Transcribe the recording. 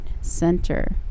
Center